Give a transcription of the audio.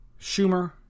Schumer